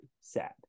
sad